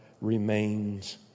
remains